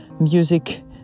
music